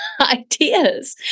ideas